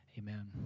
Amen